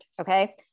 Okay